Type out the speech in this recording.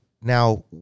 now